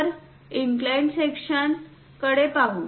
तर inclined section कडे पाहू